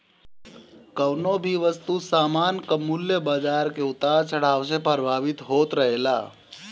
कवनो भी वस्तु सामान कअ मूल्य बाजार के उतार चढ़ाव से प्रभावित होत रहेला